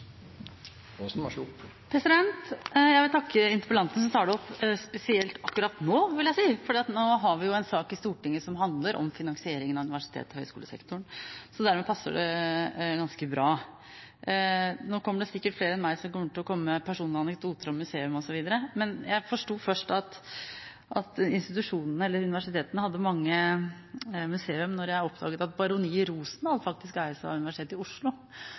universitetsmuseene vanskeligere. Jeg vil takke interpellanten som tar opp dette – spesielt akkurat nå, vil jeg si, for nå har vi jo en sak i Stortinget som handler om finansieringen av universitets- og høyskolesektoren, og dermed passer det ganske bra. Nå er det sikkert flere enn meg som kommer til å komme med personlige anekdoter om museer, men jeg forsto først at universitetene hadde mange museer da jeg oppdaget at Baroniet Rosendal faktisk eies av Universitetet i Oslo.